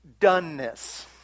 doneness